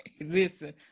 Listen